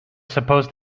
supposed